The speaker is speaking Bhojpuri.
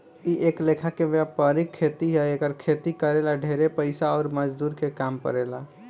इ एक लेखा के वायपरिक खेती ह एकर खेती करे ला ढेरे पइसा अउर मजदूर के काम पड़ेला